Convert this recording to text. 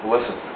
Listen